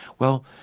well,